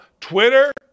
Twitter